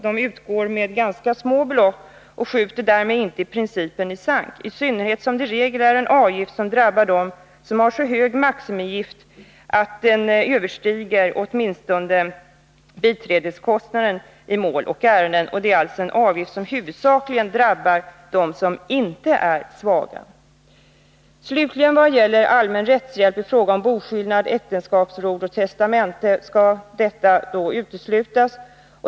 De utgår med ganska små belopp, och de skjuter därmed inte principen i sank, i synnerhet som det i regel är avgifter som drabbar dem som har så höga maximiavgifter att de överstiger åtminstone biträdeskostnaderna i mål och ärenden. Det är alltså avgifter som huvudsakligen drabbar dem som inte är svaga. Slutligen: Den allmänna rättshjälpen i fråga om boskillnad, äktenskapsförord och testamente kommer att uteslutas.